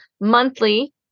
monthly